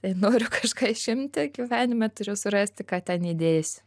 jei noriu kažką išimti gyvenime turiu surasti ką ten įdėsi